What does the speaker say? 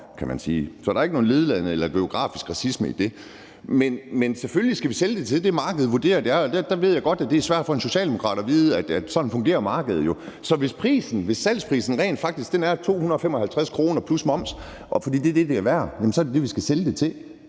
Så der er ikke noget nedladende eller geografisk racisme i det. Men selvfølgelig skal vi sælge det for det, markedet vurderer det er værd. Der ved jeg godt, at det er svært for en socialdemokrat at forstå, at det er sådan markedet jo fungerer. Så hvis salgsprisen rent faktisk er 255 kr. plus moms, fordi det er det, det er værd, så er det det, vi skal sælge det for.